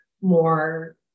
more